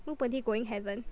nobody going heaven